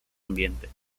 ambiente